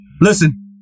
Listen